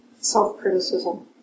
self-criticism